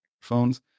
phones